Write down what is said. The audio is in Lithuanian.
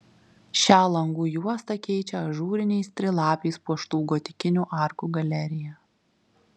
šią langų juostą keičia ažūriniais trilapiais puoštų gotikinių arkų galerija